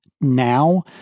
now